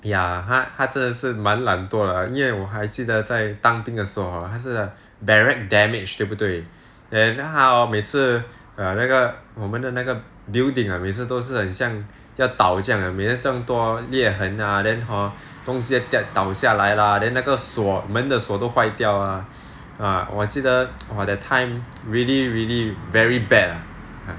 ya 他他真的是蛮懒惰的因为我还记得在当兵的时候 hor 他是对不对 then 他 hor 每次那个我们的那个 building 每次都是很像要倒这样每次这么多裂痕 ah and then hor 东西要倒下来 lah then 那个锁门的锁都坏掉啊我记得 !wah! that time really really very bad ah